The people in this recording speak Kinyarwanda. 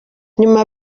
nyuma